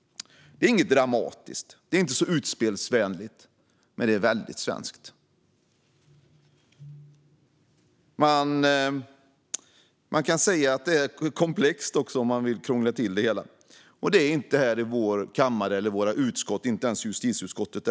Det är inget dramatiskt och inte så utspelsvänligt, men det är väldigt svenskt. Om man vill krångla till det hela kan man säga att det är komplext.